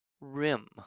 rim